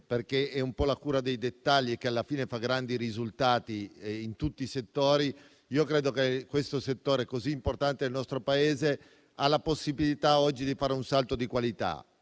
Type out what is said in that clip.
importante. È la cura dei dettagli che alla fine fa i grandi risultati in tutti i settori. Io credo che questo settore così importante del nostro Paese abbia oggi la possibilità di fare un salto di qualità.